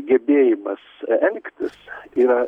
gebėjimas elgtis yra